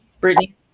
Brittany